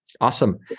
awesome